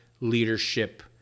Leadership